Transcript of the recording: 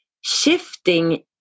shifting